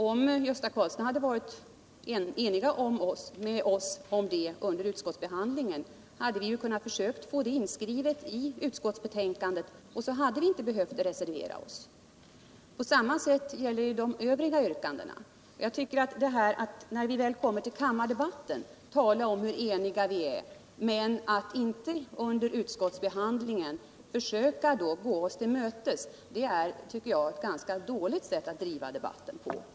Om Gösta Karlsson hade varit ense med oss om det under utskotlsbehandlingen, hade det varit lämpligt att inskriva detta i utskottsbetänkandet. Då hade vi inte behövt reservera oss. Detsamma gäller de övriga yrkandena. Den här metoden att man först när vi kommer till kammardebatten talar om hur eniga vi är i stället för att under utskottsbehandlingen försöka gå oss till mötes tycker jag är ett ganska dåligt sätt att driva debatten. Herr talman!